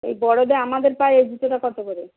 এই বড়োদের আমাদের পায়ে এ জুতোটা কত করে